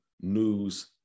news